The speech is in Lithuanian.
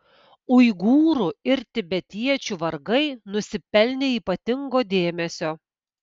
uigūrų ir tibetiečių vargai nusipelnė ypatingo dėmesio